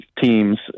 teams